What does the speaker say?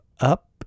up